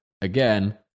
again